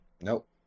Nope